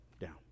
down